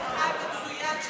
לא, היה חבר כנסת אחד,